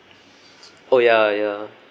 oh yeah yeah